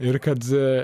ir kad